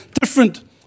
different